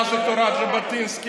מה זה תורת ז'בוטינסקי,